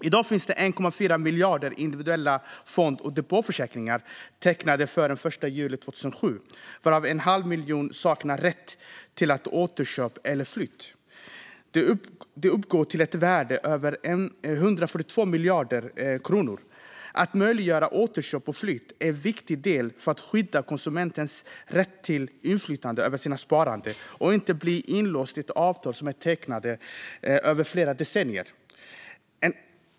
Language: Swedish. I dag finns det 1,4 miljoner individuella fond och depåförsäkringar tecknade före den 1 juli 2007, varav en halv miljon saknar rätt till återköp eller flytt. De uppgår till ett värde av 142 miljarder kronor. Att möjliggöra återköp och flytt är viktigt för att skydda konsumentens rätt till inflytande över sitt sparande och att inte bli inlåst i avtal som tecknas över flera decennier.